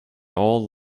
old